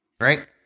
Right